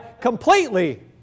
completely